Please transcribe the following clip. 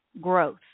growth